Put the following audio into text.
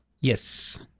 Yes